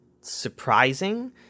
surprising